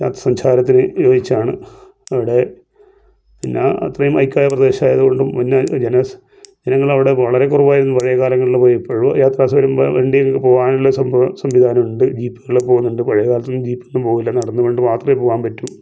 ഞാൻ സഞ്ചാരത്തിന് യോജിച്ചതാണ് അവിടെ പിന്നെ അത്രയും ഹൈക്കായ പ്രദേശമായതു കൊണ്ട് മുന്നേ ജന ജനങ്ങൾ അവിടെ വളരെ കുറവായിരുന്നു പഴയ കാലങ്ങളിലും ഇപ്പോഴും യാത്ര സൗകര്യം വണ്ടി ഒക്കെ പോകാനുള്ള ഒരു സംഭവം സംവിധാനം ഉണ്ട് ജീപ്പ്കള് പോകുന്നുണ്ട് പഴയകാലത്ത് ഒന്നും ജീപ്പൊന്നും പോകില്ലാരുന്നു നടന്നു കൊണ്ട് മാത്രമേ പോകാൻ പറ്റൂ